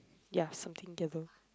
ya something yellow